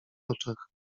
oczach